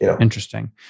Interesting